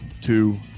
two